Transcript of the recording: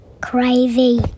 Crazy